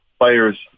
players